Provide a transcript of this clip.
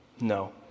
No